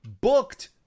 booked